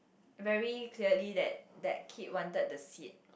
very clearly that that kid wanted the seat